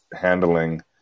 handling